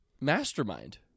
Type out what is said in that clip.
mastermind